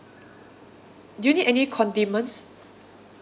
do you need any condiments